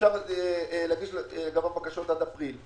אפשר להגיש בקשות עד אפריל.